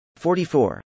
44